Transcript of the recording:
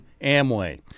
amway